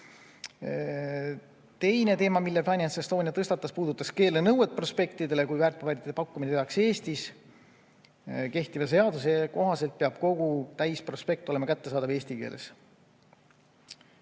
Teine teema, mille FinanceEstonia tõstatas, puudutas prospektide keelenõuet, kui väärtpaberite pakkumine tehakse Eestis. Kehtiva seaduse kohaselt peab kogu täisprospekt olema kättesaadav eesti keeles.